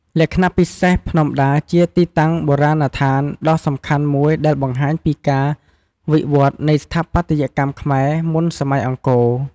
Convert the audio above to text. លក្ខណៈពិសេស ភ្នំដាជាទីតាំងបុរាណដ្ឋានដ៏សំខាន់មួយដែលបង្ហាញពីការវិវឌ្ឍន៍នៃស្ថាបត្យកម្មខ្មែរមុនសម័យអង្គរ។